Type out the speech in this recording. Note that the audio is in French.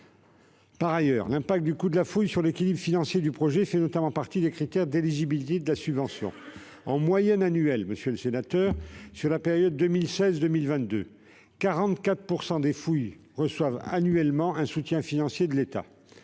Par ailleurs, l'impact du coût de la fouille sur l'équilibre financier du projet fait partie des critères d'éligibilité de la subvention. En moyenne annuelle, entre 2016 et 2022, 44 % des fouilles ont reçu annuellement un soutien financier de l'État